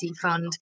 fund